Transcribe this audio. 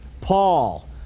Paul